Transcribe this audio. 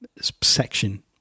section